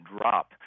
drop